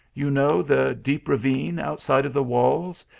you know the deep ravine outside of the walls,